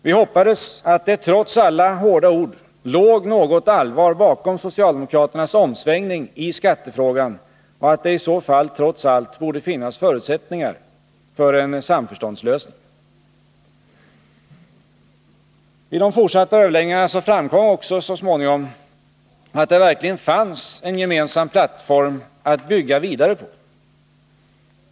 Vi hoppades att det trots alla hårda ord låg något allvar bakom socialdemokraternas omsvängning i skattefrågan och att det i så fall trots allt borde finnas förutsättningar för en samförståndslösning. Vid de fortsatta överläggningarna framkom också så småningom att det verkligen fanns en gemensam plattform att bygga vidare på.